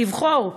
לבחור,